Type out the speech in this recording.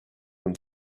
and